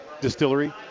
distillery